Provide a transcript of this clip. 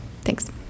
thanks